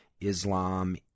Islam